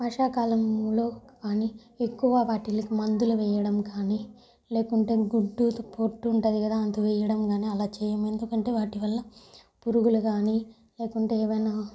వర్షాకాలంలో కానీ ఎక్కువ వాటిలకి మందులు వేయడంకానీ లేకుంటే గుడ్డు పొట్టుంటది కదా అందు వేయడం కానీ అలా చేయం ఎందుకంటే వాటివల్ల పురుగులుగాని లేకుంటే ఏవైన